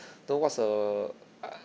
know what's err uh